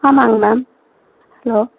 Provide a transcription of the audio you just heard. ஆமாம்ங்க ma'am hello